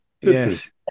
yes